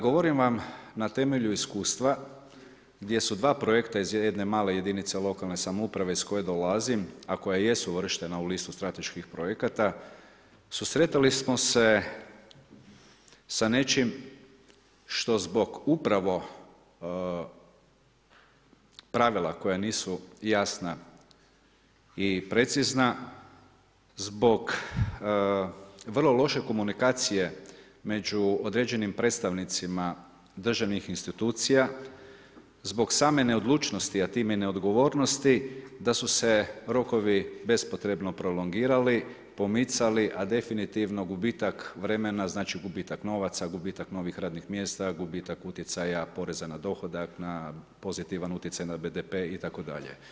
Govorim vam na temelju iskustva gdje su dva projekta iz jedne male jedinice lokalne samouprave iz koje dolazim a koja jesu uvrštena u listu strateških projekata susretali smo se sa nečim što zbog upravo pravila koja nisu jasna i precizna, zbog vrlo loše komunikacije među određenim predstavnicima državnih institucija zbog same neodlučnosti a time i neodgovornosti da su se rokovi bespotrebno prolongirali, pomicali a definitivno gubitak vremena znači gubitak novaca, gubitak novih radnih mjesta, gubitak utjecaja poreza na dohodak, pozitivan utjecaj na BDP itd.